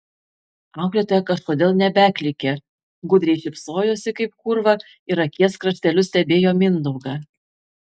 auklėtoja kažkodėl nebeklykė gudriai šypsojosi kaip kūrva ir akies krašteliu stebėjo mindaugą